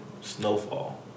Snowfall